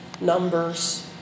Numbers